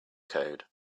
code